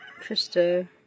Trista